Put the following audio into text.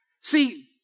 See